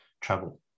travel